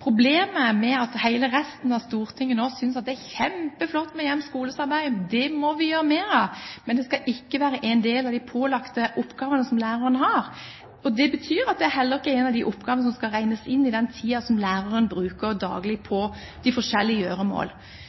Problemet med at hele resten av Stortinget nå synes at det er kjempeflott med hjem–skole-samarbeid, det må vi gjøre mer av, er at det ikke skal være en del av de pålagte oppgavene som lærerne har. Det betyr at det er heller ikke en av de oppgavene som skal regnes inn i den tiden som læreren bruker daglig på de